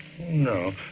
No